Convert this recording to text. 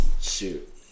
shoot